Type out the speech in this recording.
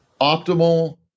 optimal